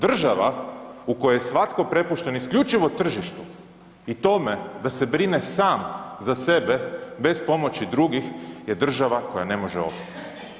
Država u kojoj je svatko prepušten isključivo tržištu i tome da se brine sam za sebe bez pomoći drugih je država koja ne može opstati.